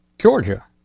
Georgia